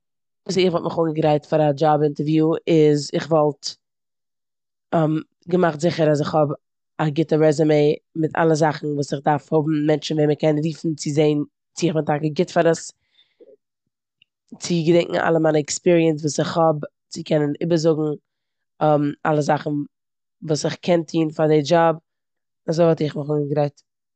וויאזוי איך וואלט מיך אנגעגרייט פאר א דשאב אינטערוויו איז כ'וואלט געמאכט זיכער אז כ'האב א גוטע רעזומע מיט אלע זאכן וואס איך דארף האבן, מענטשן וועם מ'קען רופן צו זען צו איך בים טאקע גוט פאר עס, צו געדענקען אלע מיינע עקספיריענס וואס איך האב צו קענען איבערזאגו, אלע זאכן וואס איך קען טון פאר די דשאב. אזוי וואלט איך מיך אנגעגרייט.